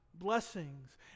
blessings